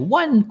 one